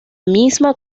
misma